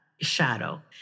shadow